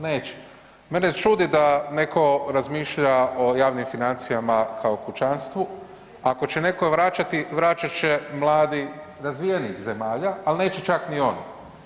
Neće, mene čudi da netko razmišlja o javnim financijama kao kućanstvu, ako će netko vraćati, vraćat će mladi razvijenih zemalja, ali neće čak niti oni.